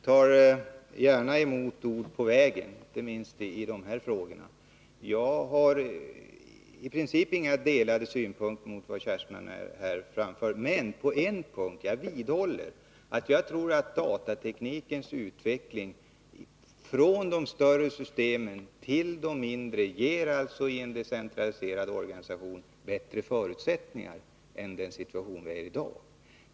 Herr talman! Jag tar gärna emot ord på vägen, inte minst i de här frågorna. I princip har Kerstin Anér och jag inga delade synpunkter — utom på en punkt. Jag vidhåller att datateknikens utveckling från de större systemen till de mindre ger en decentraliserad organisation bättre förutsättningar än den situation vi har i dag.